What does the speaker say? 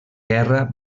guerra